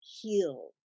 heal